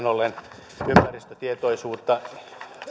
ollen ympäristötietoisuutta